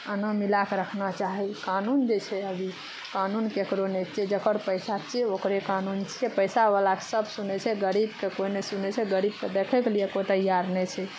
आनो मिलाके रखना चाही कानून जे छै अभी कानून केकरो नहि छियै जकर पैसा छियै ओकरे कानून छियै पैसा बलाके सब सुनै छै गरीबके कोइ नहि सुनै छै गरीबके देखऽके लेल कोइ तैयार नहि छै